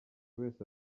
wese